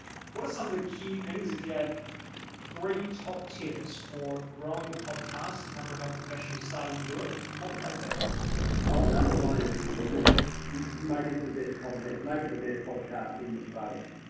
what are some of the key things if you had three top tips for growing a podcast, number health professionals starting to do it. what would they be? timbo ah number one is just make it the best content, make it the best podcast in your space.